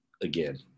again